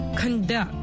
Conduct